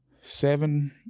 seven